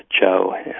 Joe